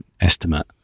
estimate